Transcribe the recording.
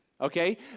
okay